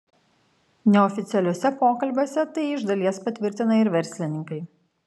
neoficialiuose pokalbiuose tai iš dalies patvirtina ir verslininkai